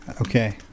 Okay